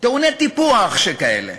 טעוני טיפוח שכאלה.